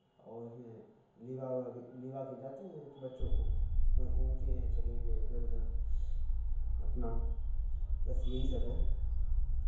اور پھر لیوا وا کے لیوا کے جاتے ہیں بچوں کو اس میں گھومتے ہیں چکئی پہ ادھر ادھر اپنا بس یہی سب ہے